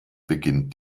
beginnt